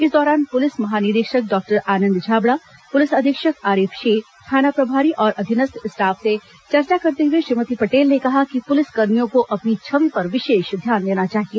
इस दौरान पुलिस महानिरीक्षक डॉक्टर आनंद छाबड़ा पुलिस अधीक्षक आरिफ शेख थाना प्रभारी और अधीनस्थ स्टॉफ से चर्चा करते हुए श्रीमती पटेल ने कहा कि पुलिस कर्मियों को अपनी छबि पर विशेष ध्यान देना चाहिए